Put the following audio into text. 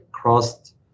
crossed